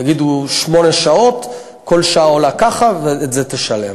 יגידו: שמונה שעות, כל שעה עולה ככה, ואת זה תשלם.